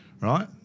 right